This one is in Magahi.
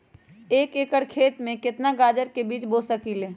एक एकर खेत में केतना गाजर के बीज बो सकीं ले?